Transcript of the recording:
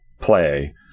play